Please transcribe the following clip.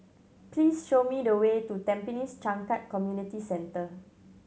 please show me the way to Tampines Changkat Community Centre